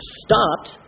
stopped